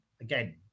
again